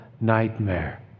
nightmare